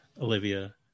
Olivia